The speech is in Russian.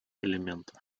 элементов